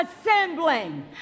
assembling